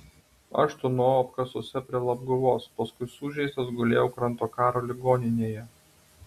aš tūnojau apkasuose prie labguvos paskui sužeistas gulėjau kranto karo ligoninėje